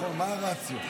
מה הרציו?